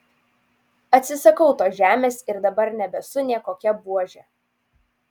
atsisakau tos žemės ir dabar nebesu nė kokia buožė